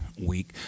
week